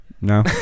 no